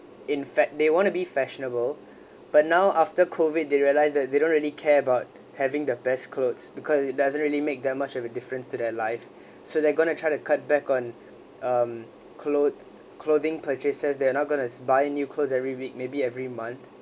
in fact they want to be fashionable but now after COVID they realised that they don't really care about having the best clothes because it doesn't really make much of a difference to their life so they're going to try to cut back on um clothe clothing purchases they're not going to buy new clothes every week maybe every month